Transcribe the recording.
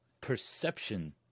perception